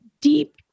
deep